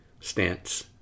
stance